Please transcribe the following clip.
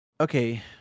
okay